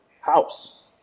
house